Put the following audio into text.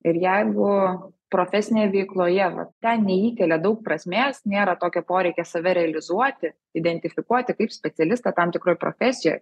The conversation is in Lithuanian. ir jeigu profesinėj veikloje va ten neįkelia daug prasmės nėra tokio poreikio save realizuoti identifikuoti kaip specialistą tam tikroj profesijoj